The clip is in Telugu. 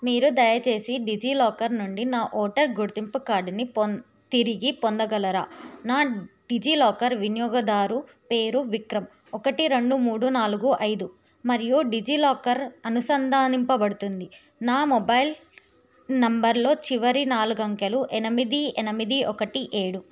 మీరు దయచేసి డిజి లాకర్ నుండి నా ఓటరు గుర్తింపు కార్డుని పొం తిరిగి పొందగలరా నా డిజి లాకర్ వినియోగదారు పేరు విక్రమ్ ఒకటి రెండు మూడు నాలుగు ఐదు మరియు డిజి లాకర్ అనుసంధానింపబడుతుంది నా మొబైల్ నంబర్లో చివరి నాలుగు అంకెలు ఎనిమిది ఎనిమిది ఒకటి ఏడు